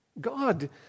God